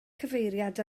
cyfeiriad